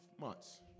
months